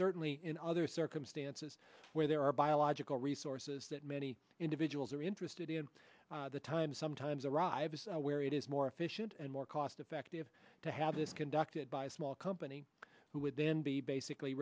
certainly in other circumstances where there are biological resources that many individuals are interested in the time sometimes arrives where it is more efficient and more cost effective to have this conducted by a small company who would then be basically